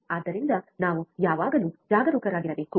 ಆದ್ದರಿಂದ ನಾವು ಯಾವಾಗಲೂ ಜಾಗರೂಕರಾಗಿರಬೇಕು